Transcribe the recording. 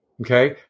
Okay